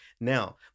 Now